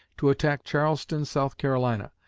to attack charleston, south carolina.